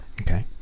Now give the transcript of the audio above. Okay